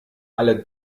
alle